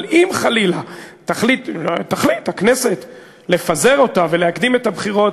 אבל אם חלילה תחליט הכנסת לפזר את הכנסת ולהקדים את הבחירות,